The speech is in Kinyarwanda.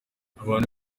abantu